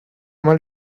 mal